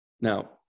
Now